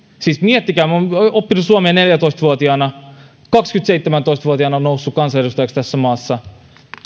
siis miettikää minä olen oppinut suomen neljätoista vuotiaana kaksikymmentäseitsemän vuotiaana olen noussut kansanedustajaksi tässä maassa